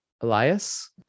Elias